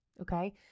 okay